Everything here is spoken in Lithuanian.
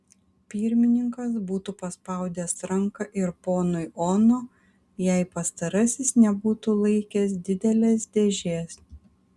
pirmininkas būtų paspaudęs ranką ir ponui ono jei pastarasis nebūtų laikęs didelės dėžės